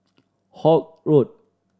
Holt Road